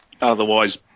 otherwise